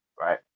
right